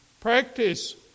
Practice